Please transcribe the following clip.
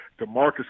DeMarcus